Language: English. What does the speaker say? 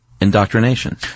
indoctrination